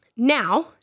Now